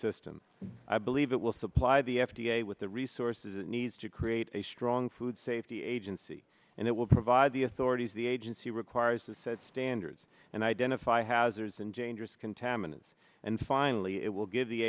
system i believe it will supply the f d a with the resources it needs to create a strong food safety agency and it will provide the authorities the agency requires to set standards and identify hazards and changes contaminants and finally it will give the